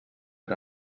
era